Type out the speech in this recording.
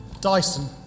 Dyson